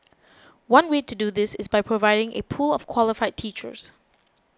one way to do this is by providing a pool of qualified teachers